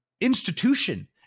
institution